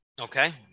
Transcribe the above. Okay